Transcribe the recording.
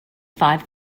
five